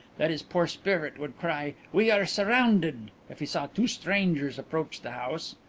that his poor spirit would cry we are surrounded if he saw two strangers approach the house.